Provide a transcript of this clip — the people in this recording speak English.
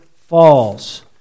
falls